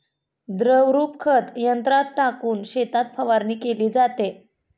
द्रवरूप खत यंत्रात टाकून शेतात फवारणी केली जाते